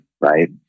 right